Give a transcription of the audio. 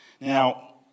Now